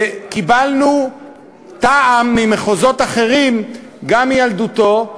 וקיבלנו טעם ממחוזות אחרים, גם מילדותו,